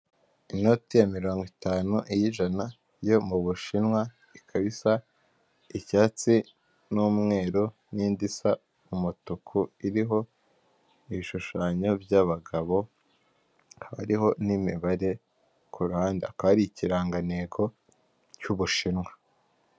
Inote ya mirongo itanu, iy'ijana yo mu Ubushinwa, ikaba isa icyatsi n'umweru, n'indi isa umutuku iriho ibishushanyo by'abagabo, hariho n'imibare ku ruhande hakaba hari ikiranganteko cy'ubushinwa.